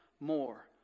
more